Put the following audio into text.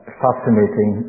fascinating